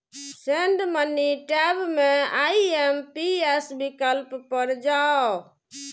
send money tab मे IMPS विकल्प पर जाउ